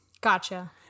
Gotcha